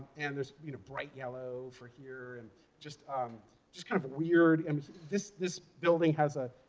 and there's you know bright yellow for here and just um just kind of weird and this this building has a